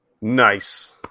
nice